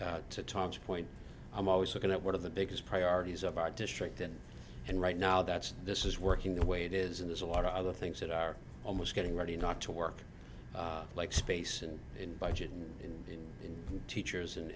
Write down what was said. point i'm always looking at one of the biggest priorities of our district and and right now that's this is working the way it is in there's a lot of other things that are almost getting ready not to work like space and in budget and teachers and